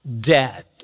dead